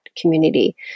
community